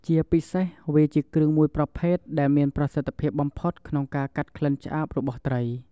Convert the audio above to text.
ជាពិសេស វាជាគ្រឿងមួយប្រភេទដែលមានប្រសិទ្ធិភាពបំផុតក្នុងកាត់ក្លិនឆ្អាបរបស់ត្រី។